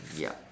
yup